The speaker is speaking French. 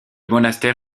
monastère